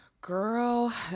Girl